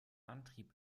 antrieb